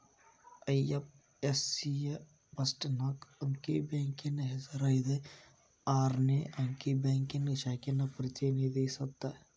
IFSC ಯ first ನಾಕ್ ಅಂಕಿ ಬ್ಯಾಂಕಿನ್ ಹೆಸರ ಐದ್ ಆರ್ನೆ ಅಂಕಿ ಬ್ಯಾಂಕಿನ್ ಶಾಖೆನ ಪ್ರತಿನಿಧಿಸತ್ತ